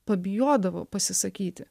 pabijodavo pasisakyti